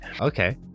okay